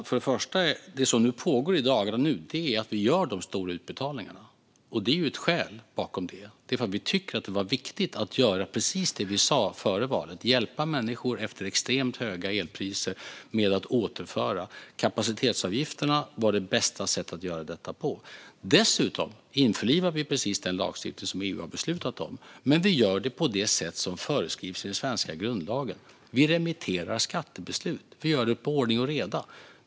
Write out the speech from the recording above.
Fru talman! Det som nu pågår i dagarna är att vi gör de stora utbetalningarna. Det är ett skäl bakom det. Vi tycker att det är viktigt att göra precis det vi sa före valet, att hjälpa människor efter extremt höga elpriser. Att återföra kapacitetsavgifterna var det bästa sättet att göra det på. Dessutom införlivar vi precis den lagstiftning som EU har beslutat om. Men vi gör det på det sätt som föreskrivs i den svenska grundlagen. Vi remitterar skattebeslut. Vi gör det i ordning och reda.